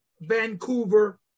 Vancouver